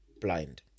blind